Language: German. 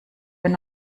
wenn